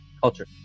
culture